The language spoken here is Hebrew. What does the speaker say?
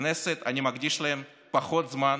לכנסת אני מקדיש להן פחות זמן